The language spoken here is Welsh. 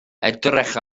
edrych